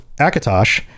Akatosh